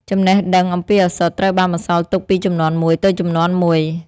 ចំណេះដឹងអំពីឱសថត្រូវបានបន្សល់ទុកពីជំនាន់មួយទៅជំនាន់មួយ។